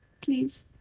Please